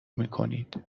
میکنید